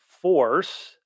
force